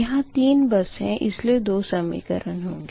यहाँ तीन बस है इसलिए दो समीकरण होंगे